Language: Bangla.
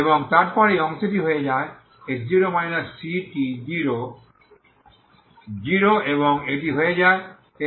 এবং তারপর এই অংশটি হয়ে যায়x0 ct0 0 এবং এটি হয়ে যায় x0 ct0